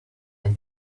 and